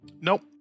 Nope